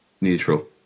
Neutral